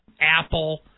Apple